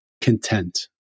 content